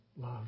love